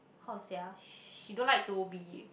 how to say ah she don't like to be